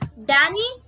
danny